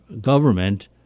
government